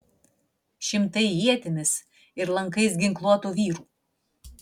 šimtai ietimis ir lankais ginkluotų vyrų